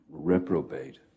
reprobate